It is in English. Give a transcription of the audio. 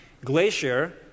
Glacier